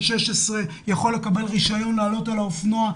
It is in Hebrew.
16 יכול לקבל רישיון ולעלות על אופנוע,